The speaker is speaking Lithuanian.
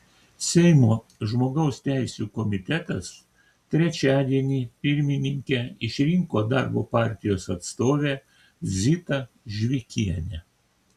seimo žmogaus teisių komitetas trečiadienį pirmininke išrinko darbo partijos atstovę zitą žvikienę